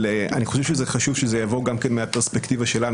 אבל אני חושב שחשוב שזה יבוא גם מהפרספקטיבה שלנו,